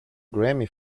grammy